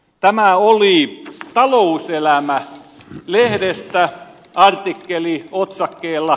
tämä oli talouselämä lehdestä artikkeli otsakkeella